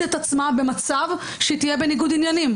את עצמה במצב שהיא תהיה בניגוד עניינים.